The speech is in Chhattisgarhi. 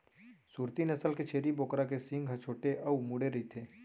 सूरती नसल के छेरी बोकरा के सींग ह छोटे अउ मुड़े रइथे